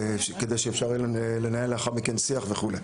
וכדי שיהיה אפשר לנהל לאחר מכן שיח וכולי.